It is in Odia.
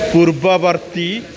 ପୂର୍ବବର୍ତ୍ତୀ